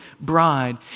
bride